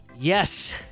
Yes